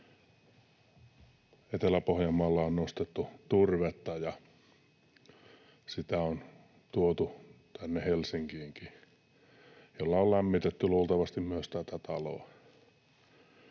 Etelä-Pohjanmaalla on nostettu turvetta ja sitä on tuotu tänne Helsinkiinkin ja sillä on lämmitetty luultavasti myös tätä taloa.